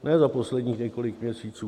Ne za posledních několik měsíců.